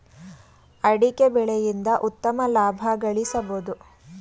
ಅಡಿಕೆ ಬೆಳೆಯಿಂದ ಉತ್ತಮ ಲಾಭ ಗಳಿಸಬೋದು